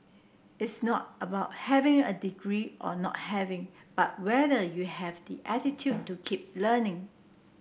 it's not about having a degree or not having but whether you have the attitude to keep learning